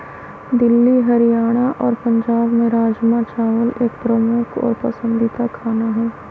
दिल्ली हरियाणा और पंजाब में राजमा चावल एक प्रमुख और पसंदीदा खाना हई